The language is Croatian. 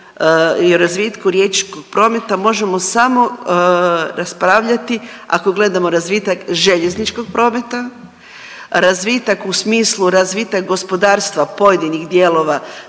razvitku riječkog prometa možemo samo raspravljati ako gledamo razvitak željezničkog prometa, razvitak u smislu razvitak gospodarstva pojedinih dijelova